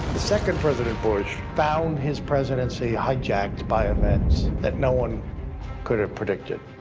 the second president bush found his presidency hijacked by events that no one could have predicted.